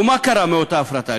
ומה קרה מאותה הפרטה?